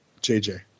JJ